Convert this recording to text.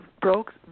broke